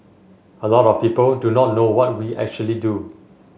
a lot of people do not know what we actually do